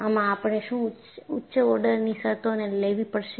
આમાંઆપણે શું ઉચ્ચ ઓર્ડરની શરતોને લેવી પડશે